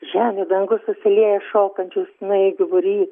žemė dangus susilieja šokančių snaigių būry